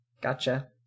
Gotcha